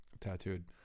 tattooed